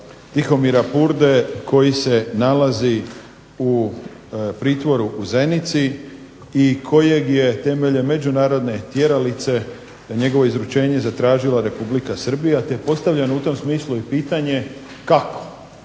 Tihomira Purde koji se nalazi u pritvoru u Zenici, i kojeg je temeljem međunarodne tjeralice, njegovo izručenje zatražila Republika Srbija, te postavljam u tom smislu i pitanje kako?